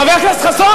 חבר הכנסת חסון, מספיק.